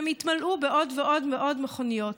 הם יתמלאו בעוד ועוד מאות מכוניות.